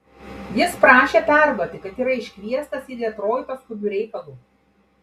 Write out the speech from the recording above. jis prašė perduoti kad yra iškviestas į detroitą skubiu reikalu